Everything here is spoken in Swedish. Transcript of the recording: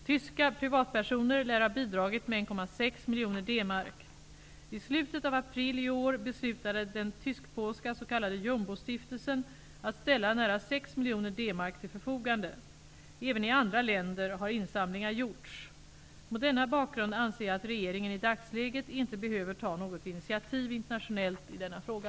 Tyska privatpersoner lär ha bidragit med 1,6 miljoner D-mark. I slutet av april i år beslutade den tysk-polska s.k. Jumbostiftelsen att ställa nära sex miljoner D-mark till förfogande. Även i andra länder har insamlingar gjorts. Mot denna bakgrund anser jag att regeringen i dagsläget inte behöver ta något initiativ internationellt i denna fråga.